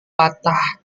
patah